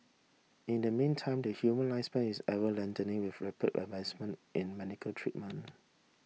in the meantime the human lifespan is ever lengthening with rapid advancement in medical treatment